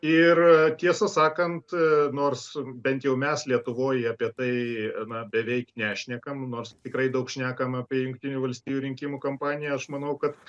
ir tiesą sakant nors bent jau mes lietuvoj apie tai na beveik nešnekam nors tikrai daug šnekam apie jungtinių valstijų rinkimų kampaniją aš manau kad